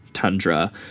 tundra